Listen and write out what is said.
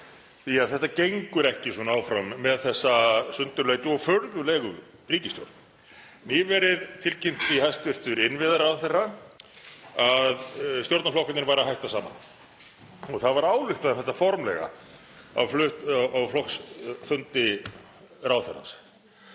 því að þetta gengur ekki svona áfram með þessa sundurleitu og furðulegu ríkisstjórn. Nýverið tilkynnti hæstv. innviðaráðherra að stjórnarflokkarnir væru að hætta saman. Það var ályktað um þetta formlega á flokksfundi ráðherrans